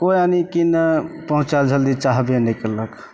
कोइ यानिकी नहि पहुँचै जल्दी चाहबे नहि कयलक